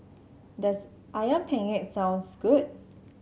does ayam penyet taste good